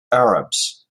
arabs